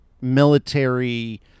military